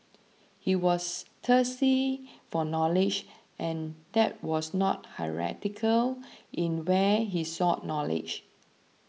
he was thirsty for knowledge and that was not hierarchical in where he sought knowledge